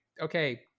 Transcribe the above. okay